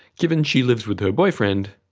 given she lives with her boyfriend,